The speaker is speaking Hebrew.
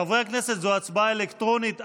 חברי הכנסת, זו הצבעה אלקטרונית.